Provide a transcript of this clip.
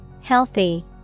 Healthy